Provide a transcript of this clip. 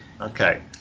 Okay